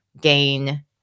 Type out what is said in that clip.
gain